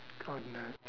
god no